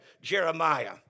Jeremiah